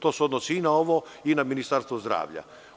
To se odnosi i na ovo i na Ministarstvo zdravlja.